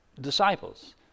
disciples